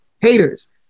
haters